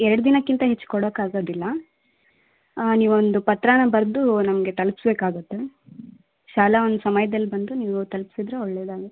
ಎರಡು ದಿನಕ್ಕಿಂತ ಹೆಚ್ಚು ಕೊಡಕ್ಕಾಗೋದಿಲ್ಲ ನೀವೊಂದು ಪತ್ರನ ಬರೆದು ನಮಗೆ ತಲುಪ್ಸ್ಬೇಕಾಗುತ್ತೆ ಶಾಲೆ ಒಂದು ಸಮಯ್ದಲ್ಲಿ ಬಂದು ನೀವು ತಲ್ಪಿಸಿದ್ರೆ ಒಳ್ಳೇದಾಗಿ